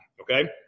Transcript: Okay